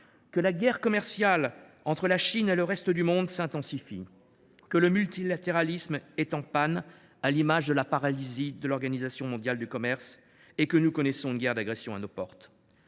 que la guerre commerciale entre la Chine et le reste du monde s’intensifie, que le multilatéralisme est en panne, à l’image de la paralysie de l’Organisation mondiale du commerce (OMC), et que nous connaissons une guerre d’agression à nos portes.